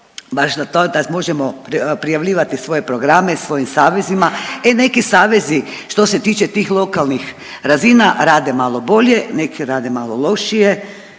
baš za to da možemo prijavljivati svoje programe svojim savezima. E neki savezi što se tiče tih lokalnih razina rade malo bolje, neki rade malo lošije